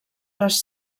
les